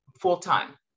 full-time